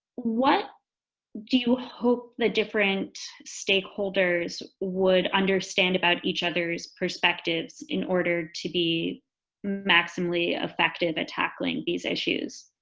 what do you hope the different stakeholders would understand about each other's perspectives in order to be maximally effective at tackling these issues.